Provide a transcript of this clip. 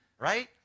right